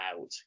out